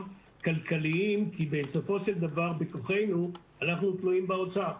כלכליים כי בסופו של דבר בכוחנו אנחנו תלויים באוצר.